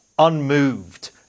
unmoved